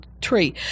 tree